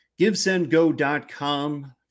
GiveSendGo.com